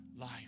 life